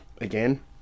again